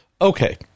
Okay